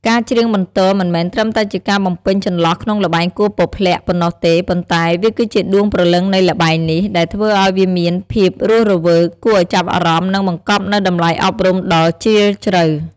ការច្រៀងបន្ទរមិនមែនត្រឹមតែជាការបំពេញចន្លោះក្នុងល្បែងគោះពព្លាក់ប៉ុណ្ណោះទេ ប៉ុន្តែវាគឺជាដួងព្រលឹងនៃល្បែងនេះ ដែលធ្វើឱ្យវាមានភាពរស់រវើក គួរឱ្យចាប់អារម្មណ៍ និងបង្កប់នូវតម្លៃអប់រំដ៏ជ្រាលជ្រៅ។